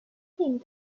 thing